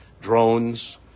drones